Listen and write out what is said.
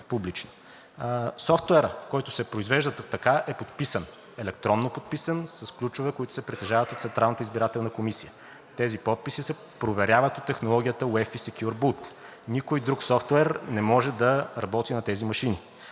Софтуерът, който се произвежда така, е подписан, електронно подписан, с ключове, които се притежават от ЦИК. Тези подписи се проверят от технологията UEFI Secure Boot. Никой друг софтуер не може да работи на тези машини.